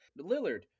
Lillard